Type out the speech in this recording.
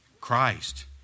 Christ